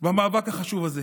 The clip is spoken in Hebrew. במאבק החשוב הזה.